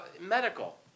Medical